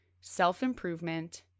self-improvement